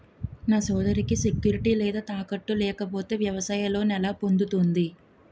నా సోదరికి సెక్యూరిటీ లేదా తాకట్టు లేకపోతే వ్యవసాయ లోన్ ఎలా పొందుతుంది?